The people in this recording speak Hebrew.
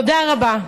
תודה רבה.